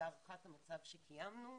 בהערכת המצב שקיימנו,